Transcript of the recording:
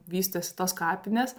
vystėsi tos kapinės